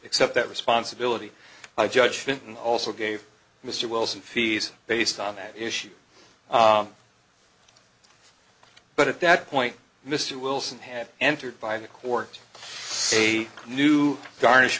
accept that responsibility my judgment and also gave mr wilson fees based on that issue but at that point mr wilson had entered by the court a new garnish